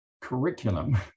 curriculum